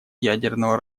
ядерного